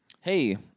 hey